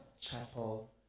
Chapel